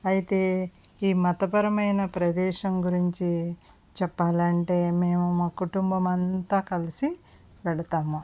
అయితే ఈ మత పరమైన ప్రదేశం గురించి చెప్పాలంటే మేము మా కుటుంబం అంతా కలిసి వెళ్తాము